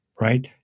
right